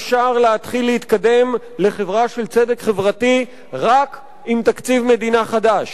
אפשר להתחיל להתקדם לחברה של צדק חברתי רק עם תקציב מדינה חדש,